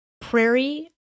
prairie